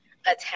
attack